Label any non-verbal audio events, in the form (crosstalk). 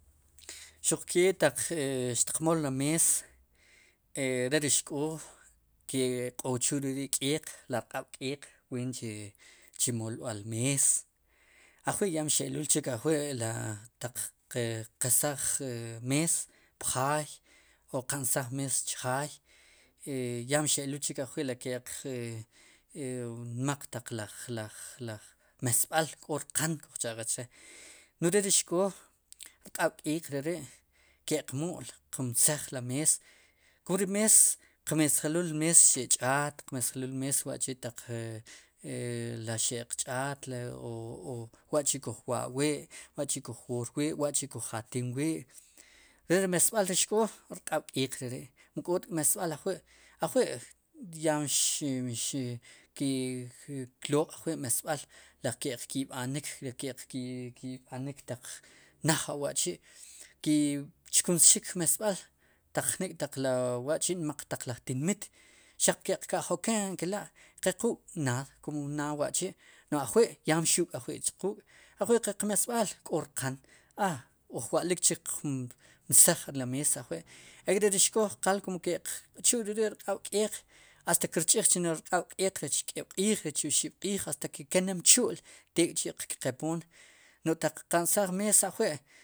Xuq ke taq xtiq mool ri mees e re ri xk'oo ke'q'ochu'l re ri k'eeq la rq'ab'k'eeq ween chu moolb'al mees ajwi' ya mxe'lul chik ajwi' la taq qesaj mees pjaay o qansaj mees chjaay ya mxe'luul chik ajwi' ke'q e e (hesitation) nmaq taq laj laj (hesitation) mesb'al k'o rqan kuj cha'qe che' no'j re ri xk'oo rq'aab' k'eek re ri' ke'q mu'l qmesaj ri mees k'o ri mees qesjeluul xe'ch'aat, qmesjelul ri mees wa'chi'taq la xe'q ch'aat o wa'chi' kuj waa'wi', waçhi'kuj woor wi' wa'chi'kujatnik wi' re ri mesb'al ri rk'oo rq'ab'k'eeq re ri' mu k'oot mesb'al ajwi', ajwi'yaa mxi' mxi' (hesitation) ki'loq' mesb'al laj ke'qb'anik ri ke'q ki b'anik taq naj awa'chi' ki' chkunsxik mesb'al taq jnik taq lo wa'chi' nmaq taq laj tinmit xaq keqka'joken kela'e qe quuk' naad wa'chi' no'j ajwi' ya mxu'l ajwi' quuk' ajwi' qe qmesb'al k'o rqan a uj wa'lik chik qmsaj li mees ajwi' ek're ri xk'oo qal kumke'q q'chu'l ri rq'ab' k'eeq hasta ke kirch'ijnelo ri rq'ab'k'eeq rech kéeb'q'iij oxib'q'iij hasta keelne mchu'l tek'chi' qk'qepoom no'j taq qa'nsaj ri mees ajwi'.